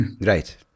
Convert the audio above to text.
Right